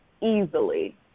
easily